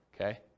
okay